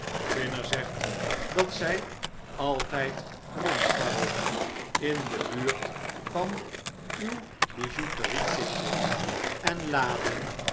zegt dat zij altijd rondscharrelt in de buurt van uw byouteriekistje en laden